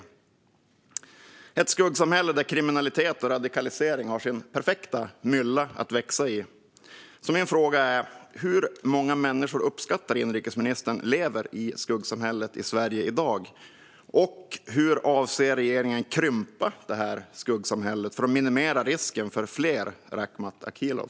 Det är ett skuggsamhälle där kriminalitet och radikalisering har sin perfekta mylla att växa i. Hur många människor uppskattar inrikesministern lever i skuggsamhället i Sverige i dag? Hur avser regeringen att krympa skuggsamhället för att minimera risken för fler Rakhmat Akilov?